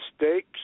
mistakes